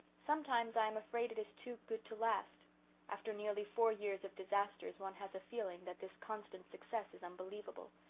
sometimes i am afraid it is too good to last after nearly four years of disasters one has a feeling that this constant success is unbelievable.